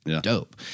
dope